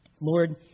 Lord